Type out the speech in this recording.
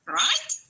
right